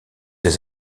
des